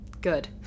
Good